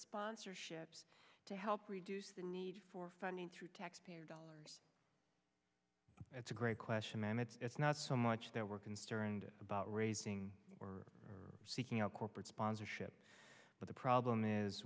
sponsorships to help reduce the need for funding through taxpayer dollars that's a great question and it's not so much that we're concerned about raising we're seeking out corporate sponsorship but the problem is